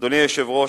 אדוני היושב-ראש,